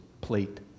plate